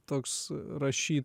toks rašy